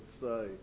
say